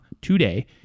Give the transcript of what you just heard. today